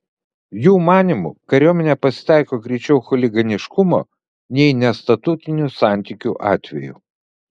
jų manymu kariuomenėje pasitaiko greičiau chuliganiškumo nei nestatutinių santykių atvejų